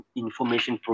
information